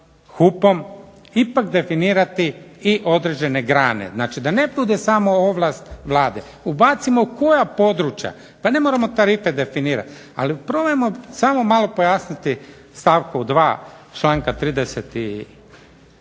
HUP-om ipak definirati i određene grane. Znači, da ne bude samo ovlast Vlade. Ubacimo koja područja. Pa ne moramo tarife definirati ali probajmo samo malo pojasniti stavku 2. članka 33.